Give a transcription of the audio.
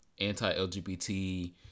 anti-LGBT